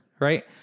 right